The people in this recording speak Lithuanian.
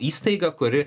įstaigą kuri